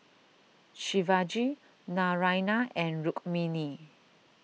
Shivaji Naraina and Rukmini